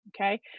okay